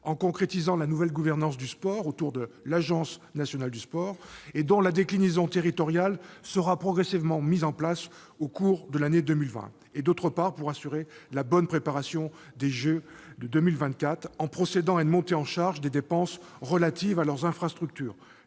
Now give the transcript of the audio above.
en concrétisant la nouvelle gouvernance du sport autour de l'Agence nationale du sport, dont la déclinaison territoriale sera progressivement mise en place au cours de l'année 2020 ; et, d'autre part, pour assurer la bonne préparation des Jeux de 2024, en procédant à une montée en charge des dépenses relatives à leurs infrastructures.